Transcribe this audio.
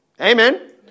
Amen